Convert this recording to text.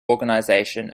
organization